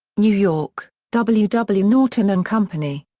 new york w w. norton and company.